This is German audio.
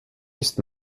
ist